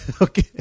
Okay